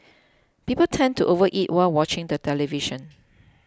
people tend to overeat while watching the television